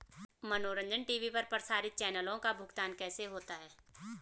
मनोरंजन टी.वी पर प्रसारित चैनलों का भुगतान कैसे होता है?